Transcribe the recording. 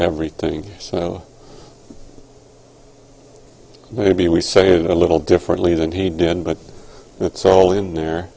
everything so maybe we saw it a little differently than he did but it's all in there